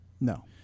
No